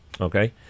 Okay